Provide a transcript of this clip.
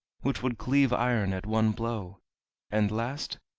which would cleave iron at one blow and last,